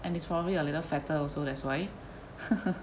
and he's probably a little fatter also that's why